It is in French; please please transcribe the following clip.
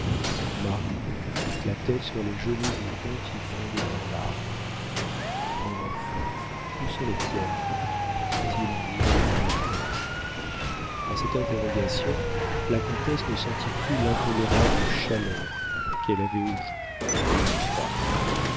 marie la tête sur les genoux du comte y fondait en larmes mon enfant où sont les tiennes dit-il en lui relevant la tête a cette interrogation la comtesse ne sentit plus l'intolérable chaleur qu'elle avait aux joues elle eut froid